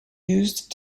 used